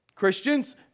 Christians